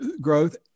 growth